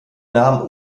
namen